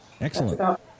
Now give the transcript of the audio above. Excellent